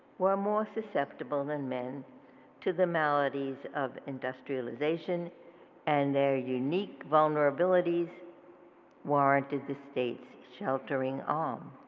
were more susceptible than men to the maladies of industrialization and their unique vulnerabilities warranted the state's sheltering arm.